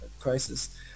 crisis